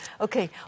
Okay